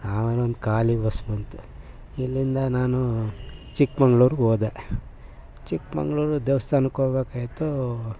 ಆಮೇಲೊಂದು ಖಾಲಿ ಬಸ್ ಬಂತು ಇಲ್ಲಿಂದ ನಾನು ಚಿಕ್ಕಮಗಳೂರಿಗೋದೆ ಚಿಕ್ಕಮಗಳೂರಲ್ಲಿ ದೇವಸ್ಥಾನಕ್ಕೋಗ್ಬೇಕಾಗಿತ್ತು